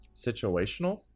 situational